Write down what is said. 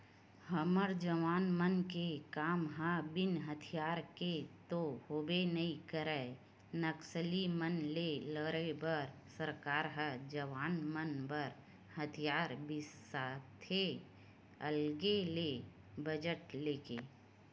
हमर जवान मन के काम ह बिना हथियार के तो होबे नइ करय नक्सली मन ले लड़े बर सरकार ह जवान मन बर हथियार बिसाथे अलगे ले बजट लेके